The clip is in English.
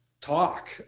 talk